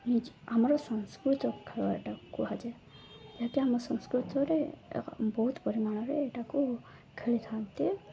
ନିଜ ଆମର ସାଂସ୍କୃତିକ ଖେଳଟା କୁହାଯାଏ ଯାହାକି ଆମ ସଂସ୍କୃତରେ ବହୁତ ପରିମାଣରେ ଏଟାକୁ ଖେଳିଥାନ୍ତି